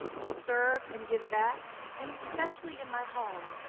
to serve and give back, and especially in my home,